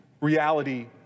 reality